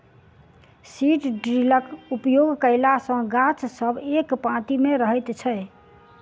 seed ड्रिलक उपयोग कयला सॅ गाछ सब एक पाँती मे रहैत छै